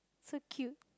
so cute